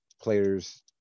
players